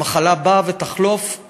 המחלה באה ותחלוף.